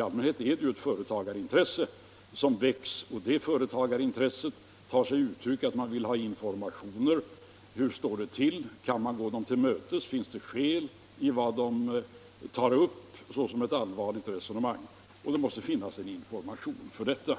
Oftast är det ett företagarintresse att man vill ha information. Kan man gå dem till mötes? Finns det skäl för vad de tar upp som ett allvarligt resonemang? Det måste finnas information omkring detta.